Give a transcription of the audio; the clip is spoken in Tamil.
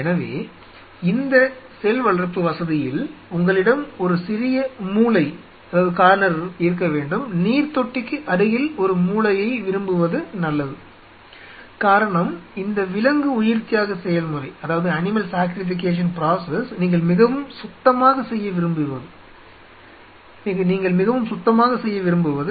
எனவே இந்த செல் வளர்ப்பு வசதியில் உங்களிடம் ஒரு சிறிய மூலை இருக்க வேண்டும் நீர்த்தொட்டிக்கு அருகில் ஒரு மூலையை விரும்புவது நல்லது காரணம் இந்த விலங்கு உயிர்த்தியாக செயல்முறை நீங்கள் மிகவும் சுத்தமாகச் செய்ய விரும்பியது